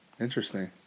Interesting